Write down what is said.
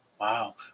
Wow